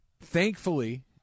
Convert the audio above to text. thankfully